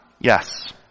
Yes